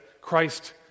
Christ